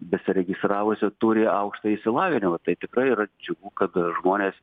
besiregistravusių turi aukštą išsilavinimą tai tikrai yra džiugu kad žmonės